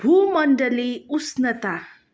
भूमण्डली उष्णता